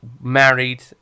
married